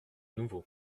nouveau